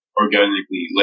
organically